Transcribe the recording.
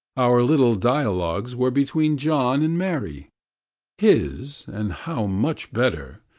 our little dialogues were between john and mary his, and how much better,